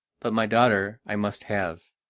but my daughter i must have,